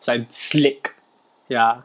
it's like slick ya